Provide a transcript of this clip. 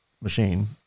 machine